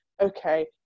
okay